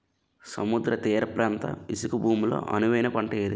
సముద్ర తీర ప్రాంత ఇసుక భూమి లో అనువైన పంట ఏది?